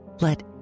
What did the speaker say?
let